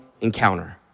encounter